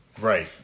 Right